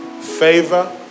favor